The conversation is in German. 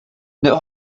der